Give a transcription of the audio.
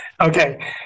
okay